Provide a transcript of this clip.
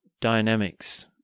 dynamics